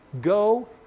go